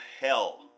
hell